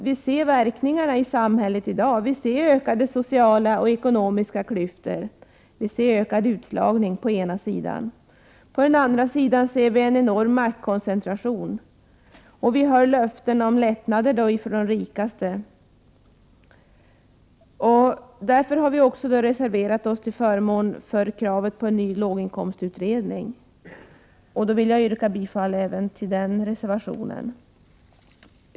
Vi ser verkningarna i samhället i dag, och vi ser ökade sociala och ekonomiska klyftor. På den ena sidan ser vi ökad utslagning, och på den andra sidan ser vi enorm maktkoncentration. För de rikaste hör vi löften om lättnader. Därför har vi i vpk reserverat oss till förmån för krav på en ny låginkomstutredning. Jag yrkar bifall till reservation 6.